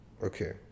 okay